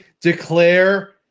declare